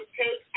take